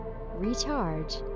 recharge